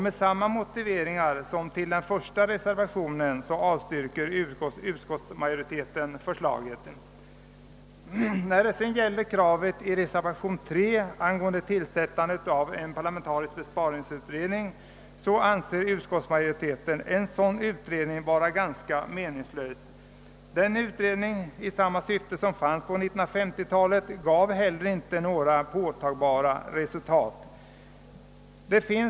Med samma motiveringar som beträffande reservationen 1 avstyrker utskottsmajoriteten förslaget. När det gäller kravet i reservationen 3 angående tillsättande av en parlamentarisk besparingsutredning anser utskottsmajoriteten en sådan utredning vara ganska meningslös. Den utredning i samma syfte som fanns på 1950-talet gav inte några påtagliga resultat.